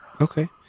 Okay